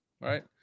right